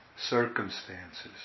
circumstances